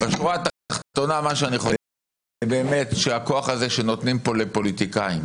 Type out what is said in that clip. בשורה התחתונה, הכוח הזה שנותנים פה לפוליטיקאים